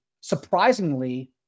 surprisingly